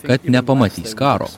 kad nepamatys karo